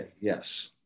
Yes